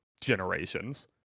generations